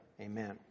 Amen